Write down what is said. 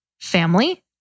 family